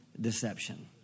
deception